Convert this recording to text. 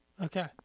Okay